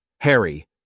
Harry